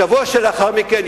שבוע שלאחר מכן,